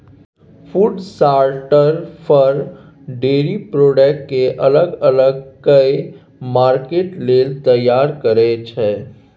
food sorter for, dairy product केँ अलग अलग कए मार्केट लेल तैयार करय छै